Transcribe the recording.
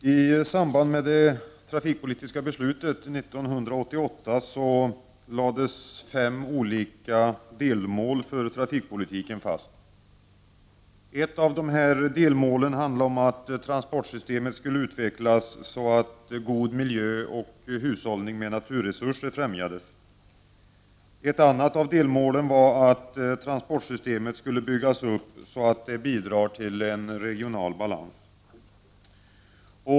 Herr talman! I samband med det trafikpolitiska beslutet 1988 lades fem olika delmål för trafikpolitiken fast. Ett av dessa delmål var att transportsystemet skulle utvecklas så, att god miljö och hushållning med naturresurser främjades. Ett annat delmål var att transportsystemet skulle byggas upp så, att det bidrar till regional balans.